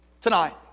tonight